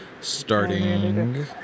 starting